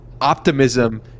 optimism